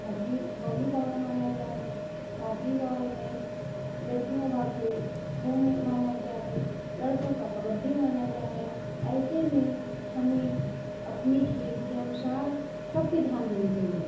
hockey volleyball माना गया हे हॉकी बॉल है लड़कियों का खेल खो में माना गया है लड़कों का कबड्डी माना गया है ऐसे में हमें अपने खेल के अनुसार सब पर ध्यान देनी चाहिए